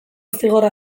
zigorra